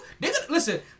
listen